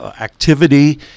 activity